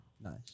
Nice